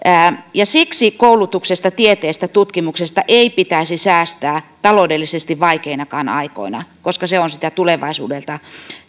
siksi koulutuksesta tieteestä tutkimuksesta ei pitäisi säästää taloudellisesti vaikeinakaan aikoina koska se on sitä tulevaisuudelta